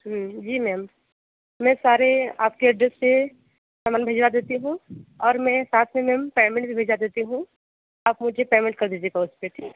जी ma'am मैं सारे आपके एड्रेस पर सामान भिजवा देती हूँ और मैं साथ में मैम पेमेंट भी भिजवा देती हूँ आप मुझे पेमेंट कर दीजिएगा उससे ठीक